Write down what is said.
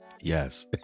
Yes